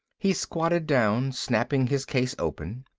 he squatted down, snapping his case open.